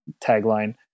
tagline